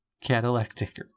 catalectic